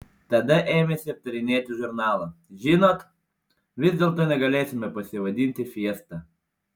tada ėmėsi aptarinėti žurnalą žinot vis dėlto negalėsime pasivadinti fiesta